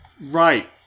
Right